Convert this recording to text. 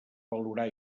valorar